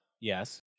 Yes